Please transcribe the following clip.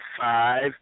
five